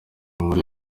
inkuru